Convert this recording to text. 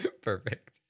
perfect